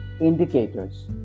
indicators